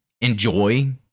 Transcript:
enjoy